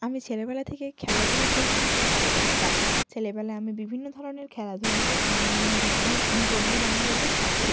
আমি ছেলেবেলা থেকে খেলাধূলা করতে খুব ভালোবাসতাম ছেলেবেলায় আমি বিভিন্ন ধরনের খেলাধূলা করতাম আমার বন্ধুবান্ধবদের সাথে